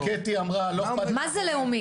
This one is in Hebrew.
גם קטי אמרה -- מה זה לאומי,